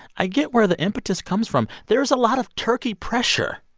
i get where the impetus comes from. there's a lot of turkey pressure,